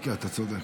אתה צודק.